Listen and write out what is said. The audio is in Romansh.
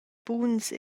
buns